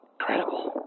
Incredible